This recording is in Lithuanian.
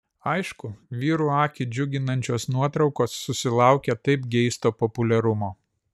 aišku vyrų akį džiuginančios nuotraukos susilaukia taip geisto populiarumo